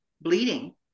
bleeding